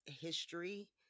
history